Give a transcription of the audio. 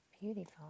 beautiful